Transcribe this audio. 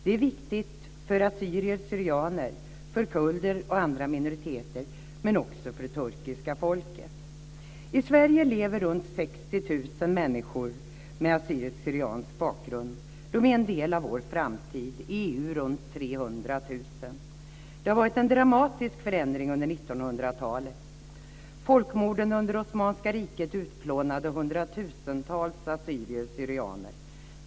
Det är viktigt för assyrier syriansk bakgrund. De är en del av vår framtid. I EU är de runt 300 000. Det har varit en dramatisk förändring under 1900 talet. Folkmorden under det osmanska riket utplånade hundratusentals assyrier/syrianer.